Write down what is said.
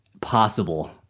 possible